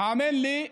האמן לי,